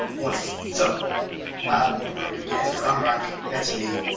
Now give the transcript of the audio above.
wonderful. so i won't bore you again, but i'm rodney. that's me.